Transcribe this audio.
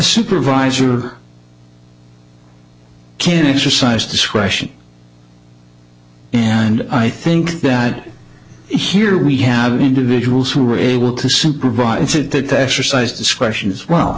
supervisor can exercise discretion and i think that here we have individuals who are able to supervise and fitted to exercise discretion as well